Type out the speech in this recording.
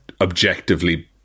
objectively